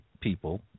people